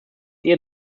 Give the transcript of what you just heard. ihr